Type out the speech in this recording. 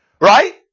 Right